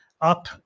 up